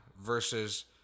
versus